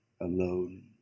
alone